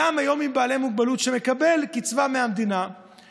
היום אדם עם מוגבלות שמקבל קצבה מהמדינה,